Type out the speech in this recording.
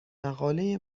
مقاله